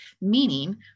Meaning